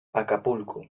acapulco